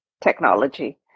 technology